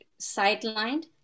sidelined